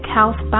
Health